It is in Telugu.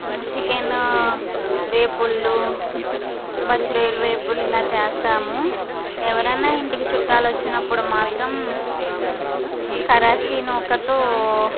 చికెన్ వేపుళ్ళు పచ్చి రొయ్యలు వేపుళ్ళు ఇలా చేస్తాము ఎవరన్నా ఇంటికి చుట్టాలు వచ్చినపుడు మాత్రం కరాచీ నూకతో